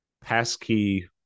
Passkey